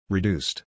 Reduced